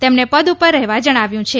તેમને પદ પર રહેવા જણાવ્યું છે